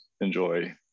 enjoy